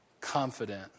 confident